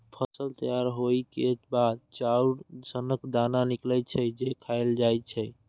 फसल तैयार होइ के बाद चाउर सनक दाना निकलै छै, जे खायल जाए छै